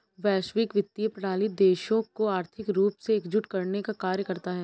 वैश्विक वित्तीय प्रणाली देशों को आर्थिक रूप से एकजुट करने का कार्य करता है